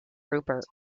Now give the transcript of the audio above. rupert